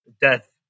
death